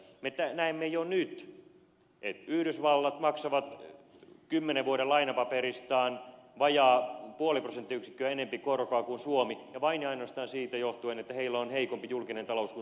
me näemme jo nyt että yhdysvallat maksavat kymmenen vuoden lainapaperistaan vajaat puoli prosenttiyksikköä enemmän korkoa kuin suomi ja vain ja ainoastaan siitä johtuen että heillä on heikompi julkinen talous kuin suomella on